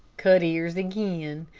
cut ears again.